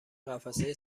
قفسه